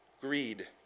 Greed